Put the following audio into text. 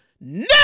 No